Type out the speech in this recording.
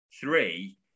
three